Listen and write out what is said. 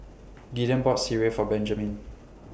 Gideon bought Sireh For Benjaman